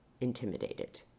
intimidated